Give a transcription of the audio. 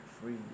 free